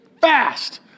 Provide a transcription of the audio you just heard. fast